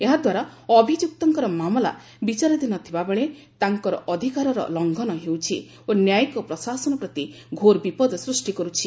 ଏହାଦ୍ୱାରା ଅଭିଯୁକ୍ତଙ୍କର ମାମଲା ବିଚାରାଧୀନ ଥିବା ବେଳେ ତାଙ୍କର ଅଧିକାରର ଲଂଘନ ହେଉଛି ଓ ନ୍ୟାୟିକ ପ୍ରଶାସନ ପ୍ରତି ଘୋର ବିପଦ ସୃଷ୍ଟି କରୁଛି